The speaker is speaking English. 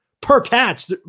per-catch